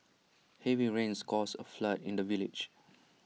heavy rains caused A flood in the village